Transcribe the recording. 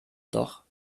doch